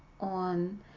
on